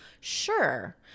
Sure